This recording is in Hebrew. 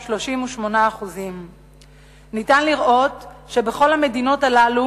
38%. אפשר לראות שבכל המדינות הללו